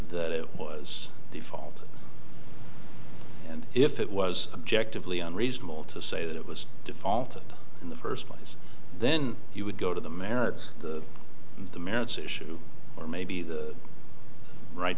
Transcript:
that it was the fault and if it was objective leon reasonable to say that it was default in the first place then he would go to the merits of the merits issue or maybe the right